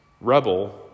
rebel